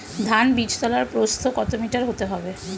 ধান বীজতলার প্রস্থ কত মিটার হতে হবে?